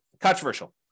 controversial